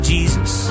Jesus